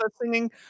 singing